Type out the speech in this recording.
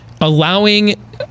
allowing